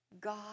God